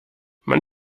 man